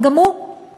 וגם הוא יגיע,